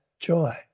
joy